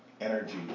energy